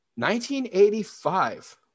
1985